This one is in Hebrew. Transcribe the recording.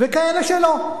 וכאלה שלא.